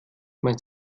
mein